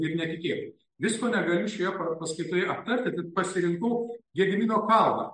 ir netikėtai visko negaliu šioje paskaitoje aptarti tad pasirinkau gedimino kalną